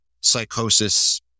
psychosis